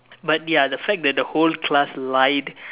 but ya the fact that the whole class lied